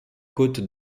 côte